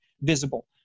visible